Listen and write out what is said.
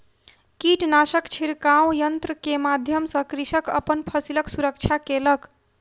कीटनाशक छिड़काव यन्त्र के माध्यम सॅ कृषक अपन फसिलक सुरक्षा केलक